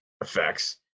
effects